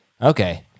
Okay